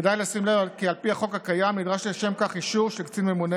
כדאי לשים לב כי על פי החוק הקיים נדרש לשם כך אישור של קצין ממונה,